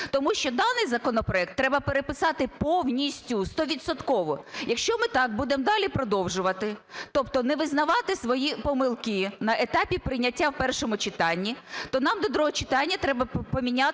Тому що даний законопроект треба переписати повністю, стовідсотково. Якщо ми так будемо далі продовжувати, тобто не визнавати свої помилки на етапі прийняття в першому читанні, то нам до другого читання треба поміняти